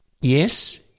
yes